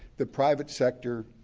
the private sector,